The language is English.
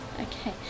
Okay